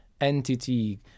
entity